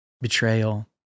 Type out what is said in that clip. betrayal